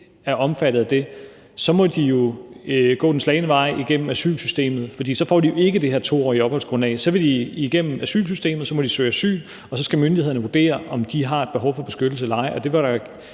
i 2 år, må de jo gå den slagne vej igennem asylsystemet, for så får de ikke det her 2-årige opholdsgrundlag, og så må de igennem asylsystemet, så må de søge asyl, og så skal myndighederne vurdere, om de har et behov for beskyttelse eller ej. Det vil der